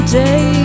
day